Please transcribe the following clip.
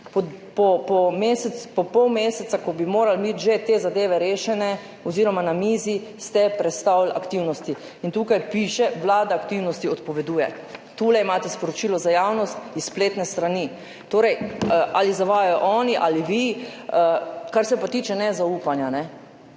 Po pol meseca, ko bi morali imeti te zadeve že rešene oziroma na mizi, ste prestavili aktivnosti. In tukaj piše: Vlada aktivnosti odpoveduje. Tule imate sporočilo za javnost s spletne strani. Torej, ali zavajajo oni ali vi. Kar se pa tiče nezaupanja.